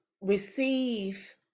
receive